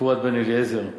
פואד בן-אליעזר.